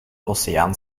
oceaan